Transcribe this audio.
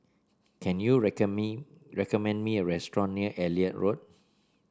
can you me recommend me a restaurant near Elliot Road